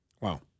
Wow